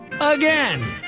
Again